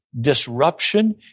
disruption